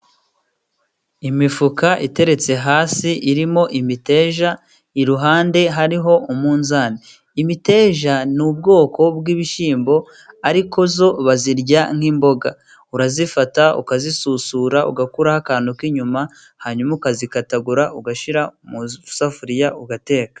Imifuka iteretse hasi irimo imiteja, iruhande hariho umunzani. Imiteja ni ubwoko bw'ibishyimbo, ariko zo bazirya nk'imboga, urazifata ukazisusura, ugakuraho akantu k'inyuma, hanyuma ukazikatagura, ugashyira mu isafuriya ugateka.